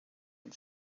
had